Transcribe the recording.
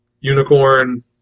Unicorn